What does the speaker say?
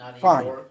fine